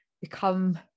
become